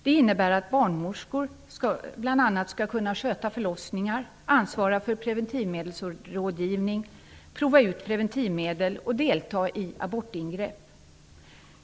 Det innebär att barnmorskor skall bl.a. kunna sköta förlossningar, ansvara för preventivmedelsrådgivning, prova ut preventivmedel och delta i abortingrepp.